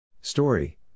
Story